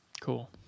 cool